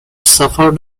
suffered